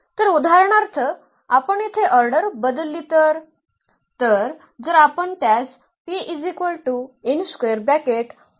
तर उदाहरणार्थ आपण येथे ऑर्डर बदलली तर